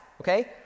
okay